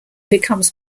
becomes